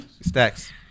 Stacks